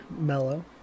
mellow